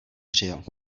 přijel